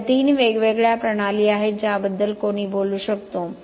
तर या तीन वेगवेगळ्या प्रणाली आहेत ज्याबद्दल कोणी बोलू शकतो